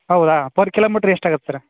ಹೌದಾ per kilometre ಎಷ್ಟಾಗತ್ತೆ sir